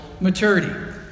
maturity